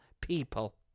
people